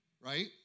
right